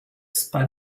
spa